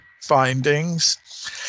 findings